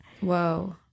Whoa